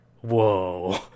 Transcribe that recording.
whoa